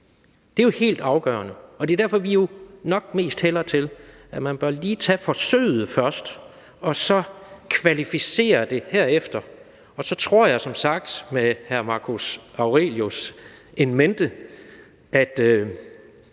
Det er jo helt afgørende, og det er derfor, at vi nok mest hælder til, at man lige bør tage forsøget først og så kvalificere det herefter. Så tror jeg som sagt med Marcus Aurelius in mente, at